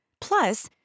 Plus